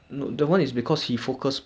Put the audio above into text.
that Y_S_S clips nice [what] no meh